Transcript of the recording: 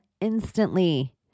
instantly